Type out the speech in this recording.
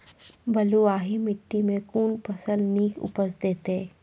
बलूआही माटि मे कून फसल नीक उपज देतै?